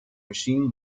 machine